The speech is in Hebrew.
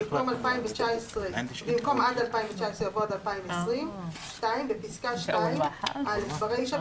במקום ״עד 2019״ יבוא ״עד 2020״ ; (2) בפסקה (2) - ברישה,